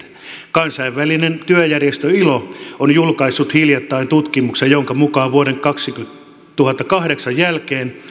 kansainvälinen työjärjestö ilo on julkaissut hiljattain tutkimuksen jonka mukaan vuoden kaksituhattakahdeksan jälkeen